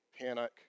panic